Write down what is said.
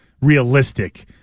realistic